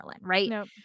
right